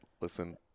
Listen